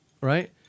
right